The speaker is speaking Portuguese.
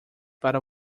para